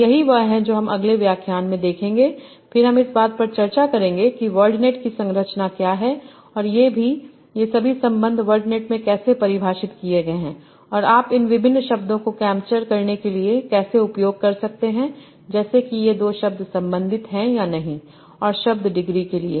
और यही वह है जो हम अगले व्याख्यान में देखेंगे फिर हम इस बात पर चर्चा करेंगे कि वर्डनेट की संरचना क्या है और ये सभी संबंध वर्डनेट में कैसे परिभाषित किए गए हैं और आप इन विभिन्न शब्दों को कैप्चर करने के लिए कैसे उपयोग कर सकते हैं जैसे कि ये दो शब्द संबंधित हैं या नहीं और शब्द डिग्री के लिए